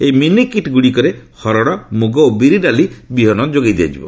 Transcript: ଏହି ମିନିକିଟ୍ ଗୁଡ଼ିକରେ ହରଡ଼ ମୁଗ ଓ ବିରି ଡାଲି ବିହନ ଦିଆଯିବ